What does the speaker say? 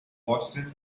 boston